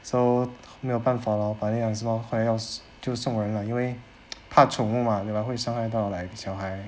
so 没有办法 lor 把那两只猫快点要就送人因为 怕宠物 mah 对吗会伤害到 like 小孩